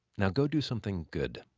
now go do something good.